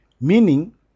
Meaning